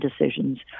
decisions